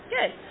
Good